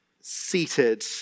seated